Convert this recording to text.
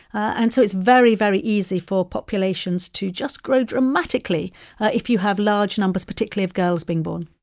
and so it's very, very easy for populations to just grow dramatically if you have large numbers, particularly of girls, being born